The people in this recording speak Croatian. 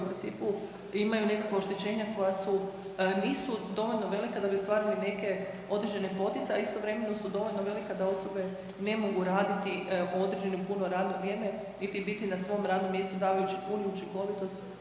u principu, imaju nekakvo oštećenja koja su, nisu dovoljno velika da bi ostvarili neke određene poticaje, a istovremeno su dovoljno velika da osobe ne mogu raditi određeno puno radno vrijeme niti biti na svom radnom mjestu davajući punu učinkovitost